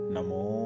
Namo